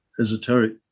esoteric